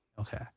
okay